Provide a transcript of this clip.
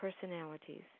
personalities